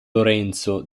lorenzo